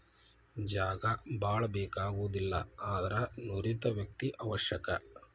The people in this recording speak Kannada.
ಜಾಗಾ ಬಾಳ ಬೇಕಾಗುದಿಲ್ಲಾ ಆದರ ನುರಿತ ವ್ಯಕ್ತಿ ಅವಶ್ಯಕ